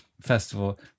festival